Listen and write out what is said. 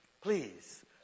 Please